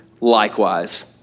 likewise